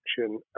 action